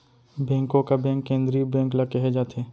बेंको का बेंक केंद्रीय बेंक ल केहे जाथे